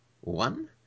one